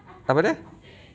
apa dia